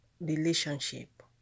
relationship